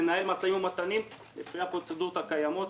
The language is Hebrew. ננהל משא ומתן לפי הפרוצדורות הקיימות.